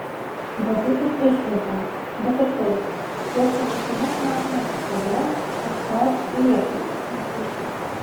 galbūt tik išvaizdą bet ir tai tuos panašumus matome tik todėl kad ford liepė juos matyti